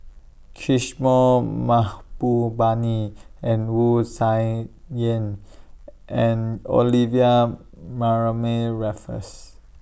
Kishore Mahbubani and Wu Tsai Yen and Olivia Mariamne Raffles